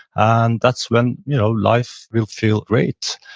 and that's when you know life will feel great.